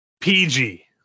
pg